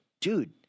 dude